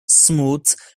smooth